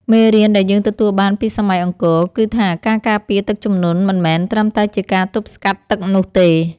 មេរៀនដែលយើងទទួលបានពីសម័យអង្គរគឺថា ការការពារទឹកជំនន់មិនមែនត្រឹមតែជាការទប់ស្កាត់ទឹកនោះទេ។